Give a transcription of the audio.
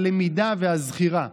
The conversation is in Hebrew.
הלמידה והזכירה.